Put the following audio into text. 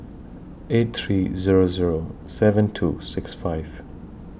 eight three Zero Zero seven two six five